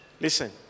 Listen